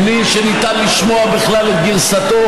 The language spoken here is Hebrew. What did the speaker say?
בלי שניתן לשמוע בכלל את גרסתו,